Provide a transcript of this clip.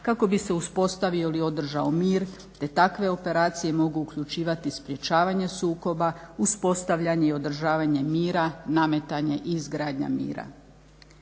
kako bi se uspostavio ili održao mir te takve operacije mogu uključivati sprječavanje sukoba, uspostavljanje i održavanje mira, nametanje i izgradnja mira.